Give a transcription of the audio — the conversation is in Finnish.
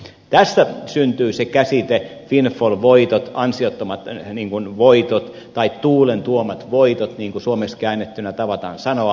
tästä syntyy se käsite windfall voitot ansiottomat voitot tai tuulen tuomat voitot niin kuin suomeksi käännettynä tavataan sanoa